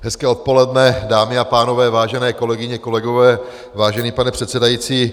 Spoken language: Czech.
Hezké odpoledne, dámy a pánové, vážené kolegyně, kolegové, vážený pane předsedající.